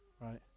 right